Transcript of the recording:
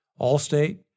Allstate